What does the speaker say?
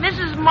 Mrs